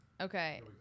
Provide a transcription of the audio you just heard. Okay